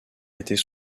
était